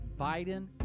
Biden